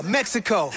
Mexico